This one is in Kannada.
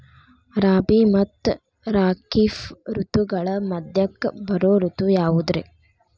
ರಾಬಿ ಮತ್ತ ಖಾರಿಫ್ ಋತುಗಳ ಮಧ್ಯಕ್ಕ ಬರೋ ಋತು ಯಾವುದ್ರೇ?